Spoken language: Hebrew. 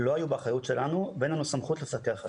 לא היו באחריות שלנו ואין לנו סמכות לפקח עליהם.